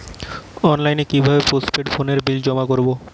অনলাইনে কি ভাবে পোস্টপেড ফোনের বিল জমা করব?